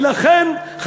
ולכן,